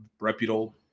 reputable